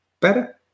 better